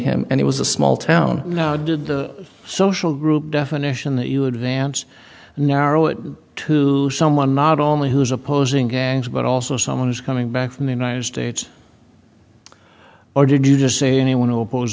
him and it was a small town social group definition that you advance narrow it to someone not only who's opposing gangs but also someone who's coming back from the united states or did you just say anyone who oppose